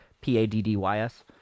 P-A-D-D-Y-S